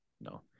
No